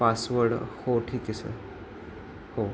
password हो ठीक आहे सर हो